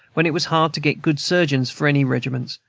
when it was hard to get good surgeons for any regiments,